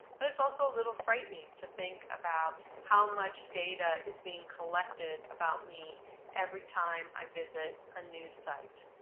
but it's also a little frightening to think about how much data is being collected about me every time i visit a new site.